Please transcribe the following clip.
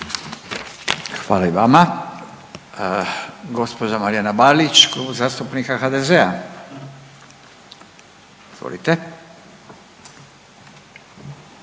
Hvala i vama. Gđa Marijana Balić, Kluba zastupnika HDZ-a. Izvolite.